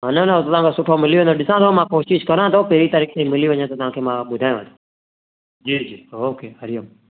हलो न न तव्हांखे सुठो मिली वेंदो ॾिसां थो मां कोशिशि करियां थो पहिरीं तारीख़ ताईं मिली वञे त तव्हांखे मां ॿुधायांव थो जी जी ओके हरि ओम